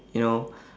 you know